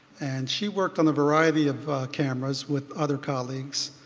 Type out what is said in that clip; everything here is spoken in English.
and she worked on a variety of cameras with other colleagues.